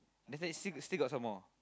that's why still still got some more